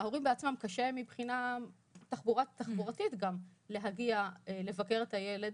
כשלהורים עצמם קשה גם מבחינה תחבורתית לבקר את הילד,